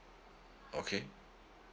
okay